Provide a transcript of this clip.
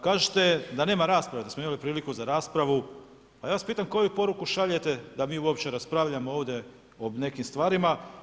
Kažete da nema rasprave, da smo imali priliku za raspravu, pa ja vas pitam, koju poruku šaljete, da mi uopće raspravljamo ovdje o nekim stvarima.